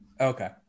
Okay